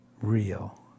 real